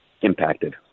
impacted